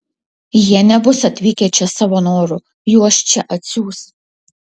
jie nebus atvykę čia savo noru juos čia atsiųs